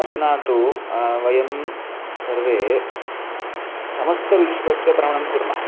अधुना तु वयं सर्वे समस्तविश्वस्य भ्रमणं कुर्मः